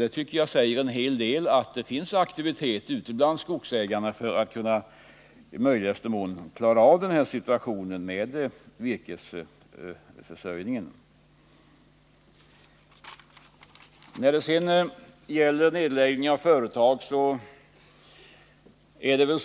Det tycker jag säger en hel del om att det finns aktivitet ute bland skogsägarna för att i möjligaste mån klara av virkesförsörjningssituationen. När det sedan gäller nedläggning av företag är det väl